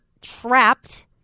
trapped